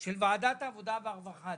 של ועדת העבודה והרווחה,